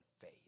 faith